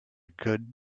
good